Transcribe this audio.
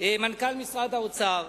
מנכ"ל משרד האוצר,